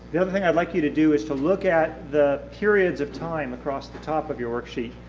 the other thing i'd like you to do is to look at the periods of time across the top of your worksheet,